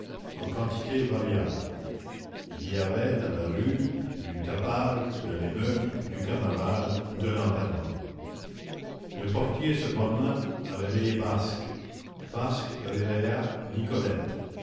en quantités variables il y avait dans la rue du tapage de l'émeute du carnaval de l'enterrement le portier se borna à réveiller basque basque réveilla nicolette